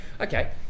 okay